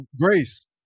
Grace